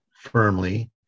firmly